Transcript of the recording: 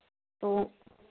तो